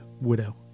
widow